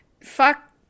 Fuck